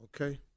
okay